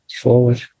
forward